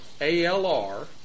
ALR